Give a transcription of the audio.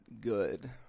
good